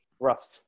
rough